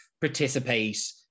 participate